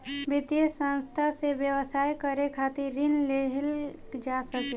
वित्तीय संस्था से व्यवसाय करे खातिर ऋण लेहल जा सकेला